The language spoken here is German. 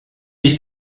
ich